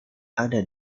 ada